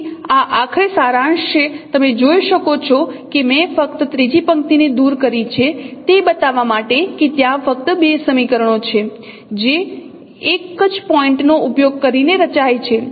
તેથી આ આખરે સારાંશ છે તમે જોઈ શકો છો કે મેં ફક્ત ત્રીજી પંક્તિને દૂર કરી છે તે બતાવવા માટે કે ત્યાં ફક્ત બે સમીકરણો છે જે એક જ પોઇન્ટ નો ઉપયોગ કરીને રચાય છે